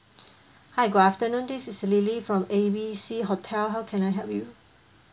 hi good afternoon this is lily from A B C hotel how can I help you